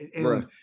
right